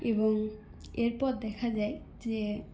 এবং এরপর দেখা যায় যে